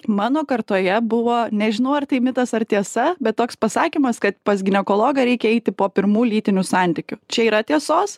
mano kartoje buvo nežinau ar tai mitas ar tiesa bet toks pasakymas kad pas ginekologą reikia eiti po pirmų lytinių santykių čia yra tiesos